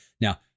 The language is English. Now